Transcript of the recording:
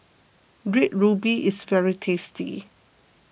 Red Ruby is very tasty